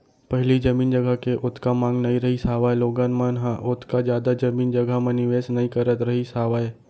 पहिली जमीन जघा के ओतका मांग नइ रहिस हावय लोगन मन ह ओतका जादा जमीन जघा म निवेस नइ करत रहिस हावय